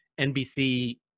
NBC